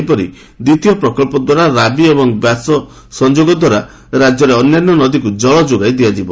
ସେହିପରି ଦ୍ୱିତୀୟ ପ୍ରକଳ୍ପ ଦ୍ୱାରା ରାବି ଏବଂ ବ୍ୟାସ ସଂଯୋଗ ଦ୍ୱାରା ରାଜ୍ୟରେ ଅନ୍ୟାନ୍ୟ ନଦୀକୁ ଜଳ ଯୋଗାଇ ଦିଆଯିବ